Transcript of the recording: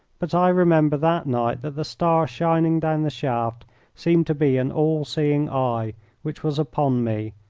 but i remember that night that the star shining down the shaft seemed to be an all-seeing eye which was upon me,